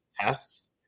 tests